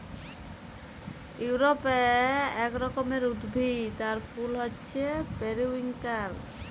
ইউরপে এক রকমের উদ্ভিদ আর ফুল হচ্যে পেরিউইঙ্কেল